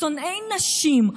שונאי נשים,